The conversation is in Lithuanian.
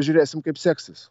žiūrėsim kaip seksis